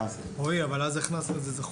רועי, אבל אז הכנסנו את זה.